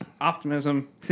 optimism